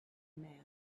man